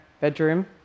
bedroom